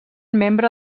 membre